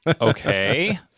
Okay